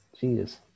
Jesus